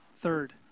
Third